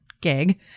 gig